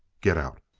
git out!